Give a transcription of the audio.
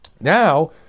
Now